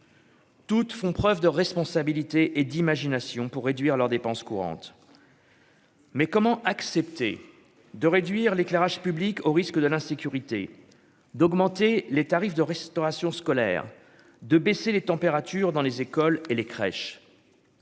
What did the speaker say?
Toutes font preuve de responsabilité et d'imagination pour réduire leurs dépenses courantes. Mais comment accepter de réduire l'éclairage public, au risque de l'insécurité, d'augmenter les tarifs de restauration scolaire de baisser les températures dans les écoles et les crèches.